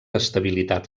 estabilitat